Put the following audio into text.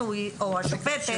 או השופטת,